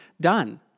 done